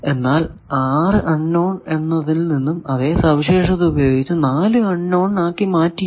എന്നാൽ 6 unknown എന്നതിൽ നിന്നും അതെ സവിശേഷത ഉപയോഗിച്ച് 4 അൺ നോൺ ആക്കി മാറ്റിയല്ലോ